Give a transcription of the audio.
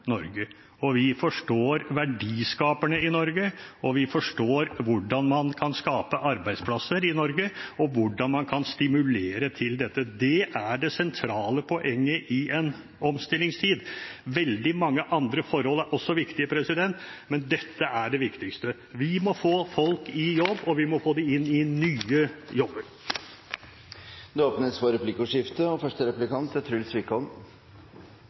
Norge. Jo, vi forstår Norge, vi forstår verdiskaperne i Norge, vi forstår hvordan man kan skape arbeidsplasser i Norge, og hvordan man kan stimulere til dette. Det er det sentrale poenget i en omstillingstid. Veldig mange andre forhold er også viktige, men dette er det viktigste. Vi må få folk i jobb, og vi må få dem inn i nye jobber. Det blir replikkordskifte. Dette er jo en regjering som ved alle korsveier har økt oljepengebruken, primært for